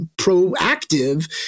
proactive